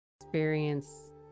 experience